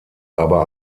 aber